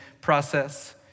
process